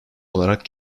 olarak